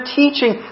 teaching